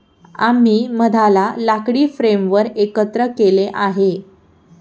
आम्ही मधाला लाकडी फ्रेमवर एकत्र केले आहे